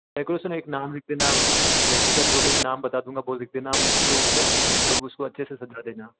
decoration एक नाम लिख देना लड़की का जो भी मैं नाम बता दूँगा वो लिख देना वो उसके ऊपर पर और वो उसको अच्छे से सजा देना